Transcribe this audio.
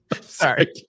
Sorry